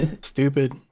Stupid